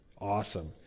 Awesome